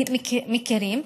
מכירים.